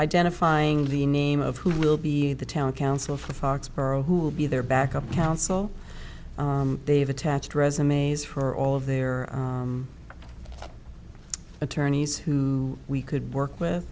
identifying the name of who will be the town council for foxborough who will be their backup counsel they've attached resumes for all of their attorneys who we could work